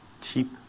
cheap